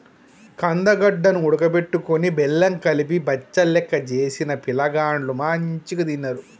కందగడ్డ ను ఉడుకబెట్టుకొని బెల్లం కలిపి బచ్చలెక్క చేసిన పిలగాండ్లు మంచిగ తిన్నరు